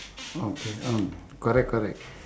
okay oh correct correct